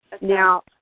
Now